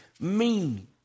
meaning